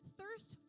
thirst